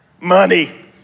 Money